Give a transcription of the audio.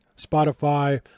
spotify